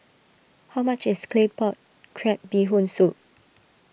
how much is Claypot Crab Bee Hoon Soup